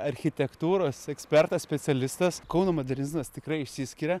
architektūros ekspertas specialistas kauno modernizmas tikrai išsiskiria